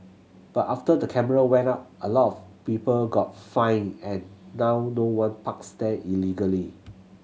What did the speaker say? but after the camera went up a lot of people got fined and now no one parks there illegally